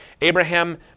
Abraham